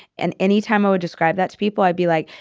and anytime i would describe that to people, i'd be like,